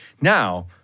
Now